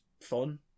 fun